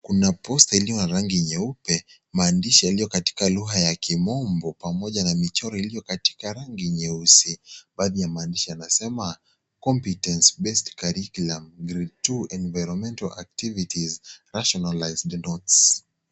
Kuna posta iliyo ya rangi nyeupe. Maandishi yaliyo katika lugha ya kimombo. Pamoja na michoro iliyo katika rangi nyeusi, baadhi ya maandishi yanasema, competence based curriculum grade 2 environmental activities, rationalised notes.